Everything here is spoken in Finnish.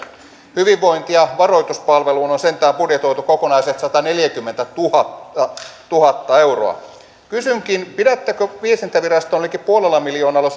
hyvinvointi ja varoituspalveluun on sentään budjetoitu kokonaiset sataneljäkymmentätuhatta euroa kysynkin pidättekö viestintäviraston liki puolella miljoonalla